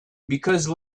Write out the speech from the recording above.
because